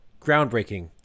groundbreaking